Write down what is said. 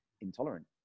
intolerant